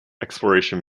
exploration